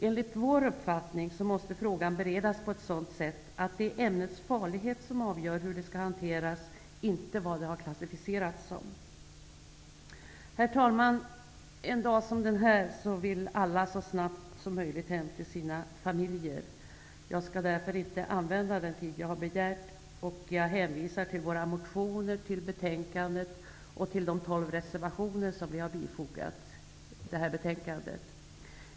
Enligt vår uppfattning måste frågan beredas på den grunden att det är ämnets farlighet som avgör hur det skall hanteras, inte vad det klassificeras som. Herr talman! En dag som denna vill alla så snabbt som möjligt hem till sina familjer. Jag skall därför inte använda all den tid som jag har begärt utan i övrigt bara hänvisa till våra motioner, till betänkandet och till de tolv reservationer som vi har fogat vid betänkandet.